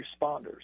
responders